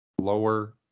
lower